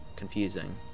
confusing